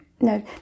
no